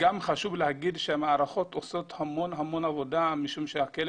חשוב לומר שהמערכות עושות המון עבודה משום שהכלא